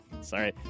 Sorry